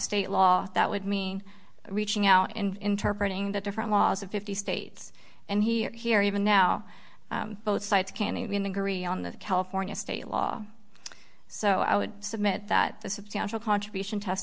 state law that would mean reaching out and interpreting the different laws of fifty states and here here even now both sides can even agree on the california state law so i would submit that the substantial contribution test